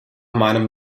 meinem